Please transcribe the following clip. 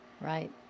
Right